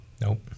nope